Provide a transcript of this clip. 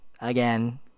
Again